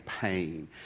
pain